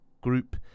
group